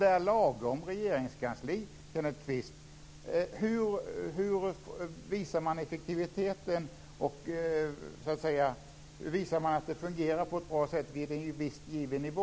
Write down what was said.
Det talas bara om ett Regeringskansli som ska vara lagom. Hur visar man att det är effektivt och att det fungerar på ett bra sätt vid en visst given nivå?